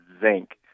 zinc